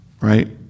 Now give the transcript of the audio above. Right